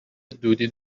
دودی